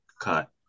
cut